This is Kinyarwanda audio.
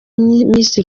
miss